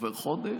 עובר חודש,